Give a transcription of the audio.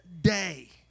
day